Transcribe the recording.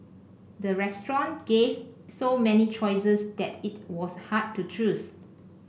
the restaurant gave so many choices that it was hard to choose